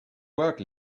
work